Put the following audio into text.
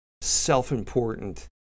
self-important